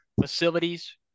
facilities